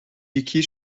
یکی